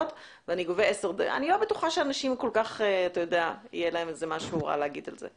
ואני גובה 10 אגורות אני לא בטוחה שלאנשים יהיה משהו רע להגיד על זה.